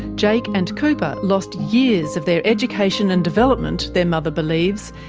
jake and cooper lost years of their education and development, their mother believes,